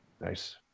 Nice